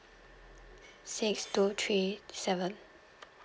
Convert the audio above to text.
six two three seven